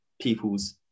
people's